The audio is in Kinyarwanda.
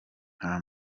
nta